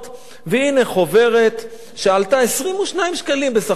והנה, חוברת שעלתה 22 שקלים בסך הכול,